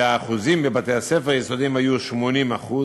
והאחוזים בבתי-הספר היסודיים היו 80%,